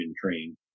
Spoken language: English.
train